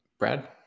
Brad